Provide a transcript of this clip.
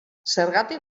zergatik